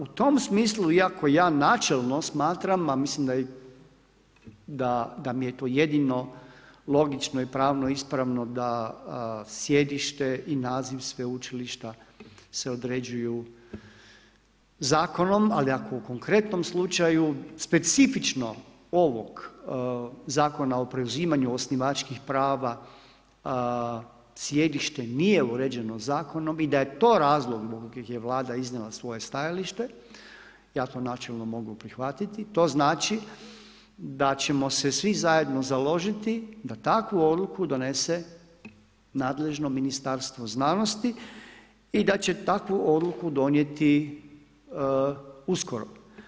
U tom smislu, iako ja načelno smatram, a mislim da mi je to jedino logično i pravno ispravno da sjedište i naziv sveučilišta se određuju zakonom, ali ako u konkretnom slučaju specifično ovog Zakona o preuzimanju osnivačkih prava, sjedište nije uređeno zakonom i da je to razlog zbog kojeg je Vlada iznijela svoje stajalište, ja to načelno mogu prihvatiti, to znači da ćemo se svi zajedno založiti da takvu odluku donese nadležno Ministarstvo znanosti i da će takvu odluku donijeti uskoro.